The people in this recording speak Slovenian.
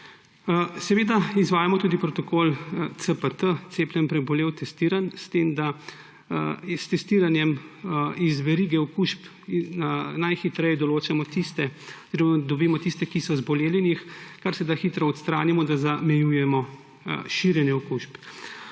Seveda izvajamo tudi protokol CPT, cepljen, prebolel, testiran, s tem da s testiranjem iz verige okužb najhitreje določamo tiste, dobimo tiste, ki so zboleli, in jih kar se da hitro odstranimo, da zamejujemo širjenje okužb.